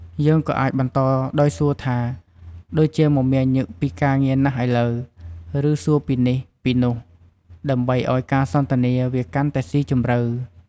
យើងក៏អាចបន្តដោយសួរថា "ដូចជាមមាញឹកពីការងារណាស់ឥឡូវ?" ឬ "សួរពីនេះ ពីនោះ" ដើម្បីអោយការសន្ទនាវាកាន់តែស៊ីជម្រៅ។